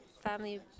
family